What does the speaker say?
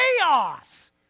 chaos